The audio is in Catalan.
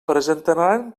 presentaran